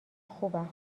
خوبم